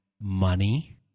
money